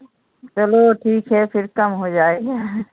चलो ठीक है फ़िर काम हो जाएगा